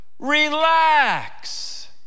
Relax